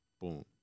boom